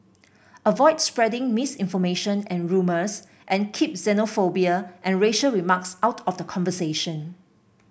avoid spreading misinformation and rumours and keep xenophobia and racial remarks out of the conversation